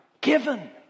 Given